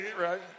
right